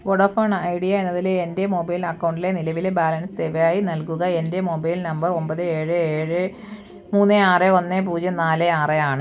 Vodafone Idea എന്നതിലെ എൻ്റെ mobile അക്കൗണ്ടിലെ നിലവിലെ ബാലൻസ് ദയവായി നൽകുക എൻ്റെ മൊബൈൽ നമ്പർ ഒമ്പത് ഏഴ് ഏഴ് മൂന്ന് ആറ് ഒന്ന് പൂജ്യം നാല് ആറ് ആണ്